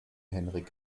henrik